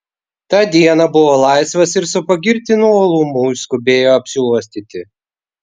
tą dieną buvo laisvas ir su pagirtinu uolumu išskubėjo apsiuostyti